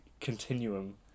continuum